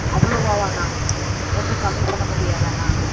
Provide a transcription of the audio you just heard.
அவ்வளோவாவாண்ணா கொஞ்சம் கம்மி பண்ண முடியாதாண்ணா